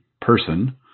person